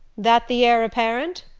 that the heir apparent?